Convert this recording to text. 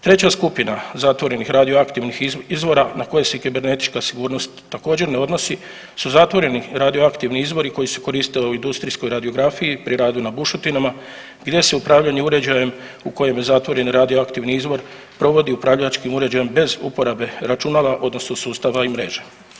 Treća skupina zatvorenih radioaktivnih izvora na koje se kibernetička sigurnost također ne odnosi, su zatvoreni radioaktivni izvori koji se koriste u industrijskoj radiografiji pri radu na bušotinama gdje se upravljanje uređajem u kojem je zatvoren radioaktivni izvor provodi upravljačkim uređajem bez uporabe računala odnosno sustava i mreže.